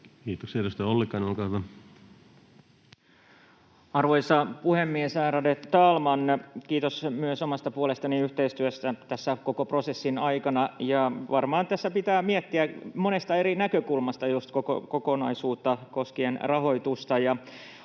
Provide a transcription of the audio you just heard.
Time: 11:14 Content: Arvoisa puhemies, ärade talman! Kiitos myös omasta puolestani yhteistyöstä tässä koko prosessin aikana. Varmaan tässä pitää miettiä monesta eri näkökulmasta just koko kokonaisuutta koskien rahoitusta.